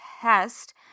test